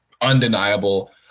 undeniable